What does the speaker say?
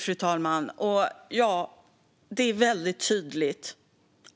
Fru talman! Det är tydligt